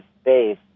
space